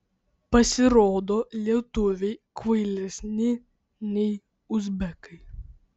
pasirodo lietuviai kvailesni nei uzbekai